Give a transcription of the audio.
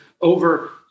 over